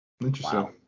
interesting